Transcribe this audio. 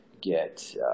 get